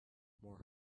more